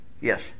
Yes